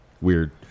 weird